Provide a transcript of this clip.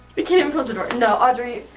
we can't even close the door. no, audrey,